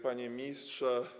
Panie Ministrze!